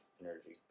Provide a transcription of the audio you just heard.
energy